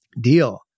deal